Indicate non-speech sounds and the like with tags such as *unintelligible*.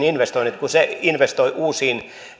*unintelligible* investoinnit kun se investoi uusiin